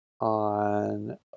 on